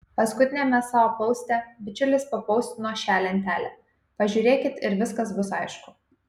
paskutiniame savo poste bičiulis papostino šią lentelę pažiūrėkit ir viskas bus aišku